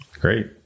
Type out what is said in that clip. Great